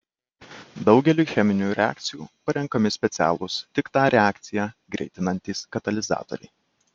daugeliui cheminių reakcijų parenkami specialūs tik tą reakciją greitinantys katalizatoriai